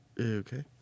Okay